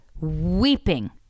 weeping